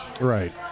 Right